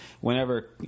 whenever